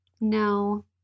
No